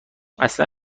اصلا